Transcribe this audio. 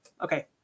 Okay